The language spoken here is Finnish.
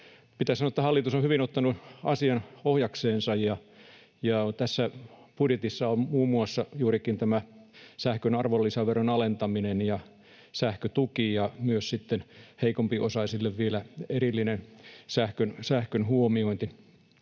Pitää sanoa, että hallitus on hyvin ottanut asian ohjakseensa, ja tässä budjetissa on muun muassa juurikin sähkön arvonlisäveron alentaminen ja sähkötuki ja myös sitten heikompiosaisille vielä erillinen sähkön huomiointi.